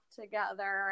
together